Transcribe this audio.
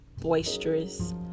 boisterous